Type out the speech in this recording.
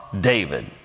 David